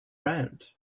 round